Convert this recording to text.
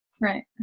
Right